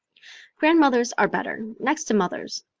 grandmothers are better, next to mothers.